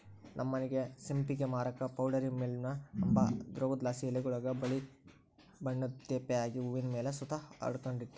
ನಮ್ಮನೆ ಸಂಪಿಗೆ ಮರುಕ್ಕ ಪೌಡರಿ ಮಿಲ್ಡ್ವ ಅಂಬ ರೋಗುದ್ಲಾಸಿ ಎಲೆಗುಳಾಗ ಬಿಳೇ ಬಣ್ಣುದ್ ತೇಪೆ ಆಗಿ ಹೂವಿನ್ ಮೇಲೆ ಸುತ ಹರಡಿಕಂಡಿತ್ತು